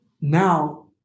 now